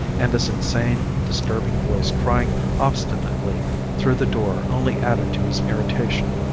and this insane, disturbing voice crying obstinately through the door only added to his irritation.